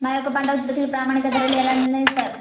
మా యొక్క పంట ఉత్పత్తికి ప్రామాణిక ధరలను ఎలా నిర్ణయిస్తారు?